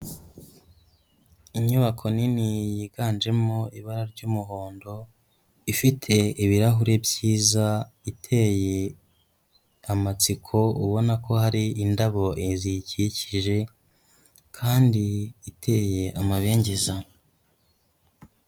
Inyubako nini yiganjemo ibara ry'umuhondo, ifite ibirahure byiza, iteye amatsiko, ubona ko hari indabo ziyikikije kandi iteye amabengeza.